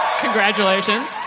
Congratulations